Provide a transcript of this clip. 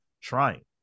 trying